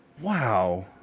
Wow